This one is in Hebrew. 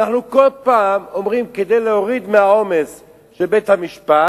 אנחנו כל פעם אומרים שכדי להוריד מהעומס של בית-המשפט